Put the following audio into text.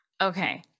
Okay